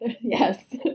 Yes